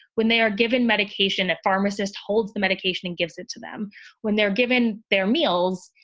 when they are given medication. that pharmacist holds the medication and gives it to them when they're given their meals.